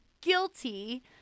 guilty